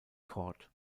court